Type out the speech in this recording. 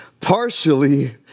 partially